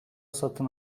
satın